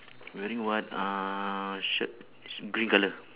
wearing what uh shirt it's green colour